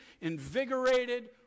invigorated